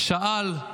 שאל: